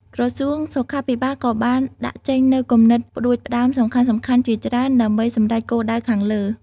ក្រសួងសុខាភិបាលក៏បានដាក់ចេញនូវគំនិតផ្តួចផ្តើមសំខាន់ៗជាច្រើនដើម្បីសម្រេចគោលដៅខាងលើ។